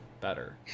better